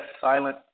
silent